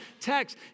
text